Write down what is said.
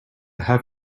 have